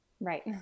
Right